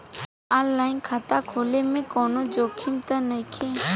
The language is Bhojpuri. आन लाइन खाता खोले में कौनो जोखिम त नइखे?